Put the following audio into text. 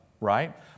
Right